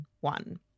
one